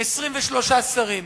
23 שרים